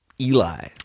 Eli